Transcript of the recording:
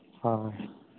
ᱦᱳᱭ